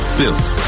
built